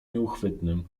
nieuchwytnym